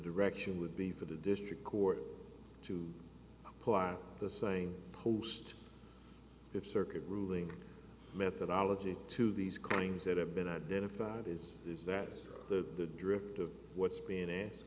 direction would be for the district court to apply the same post if circuit ruling methodology to these claims that have been identified is is that the drift of what's been a